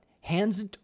Hands